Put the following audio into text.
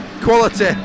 Quality